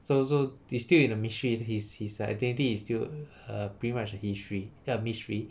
so so it's still in a mystery his his identity is err pretty much a history um mystery